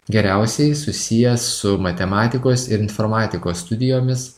geriausiai susijęs su matematikos ir informatikos studijomis